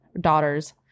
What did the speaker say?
daughters